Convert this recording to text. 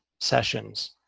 sessions